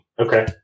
Okay